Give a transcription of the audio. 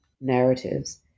narratives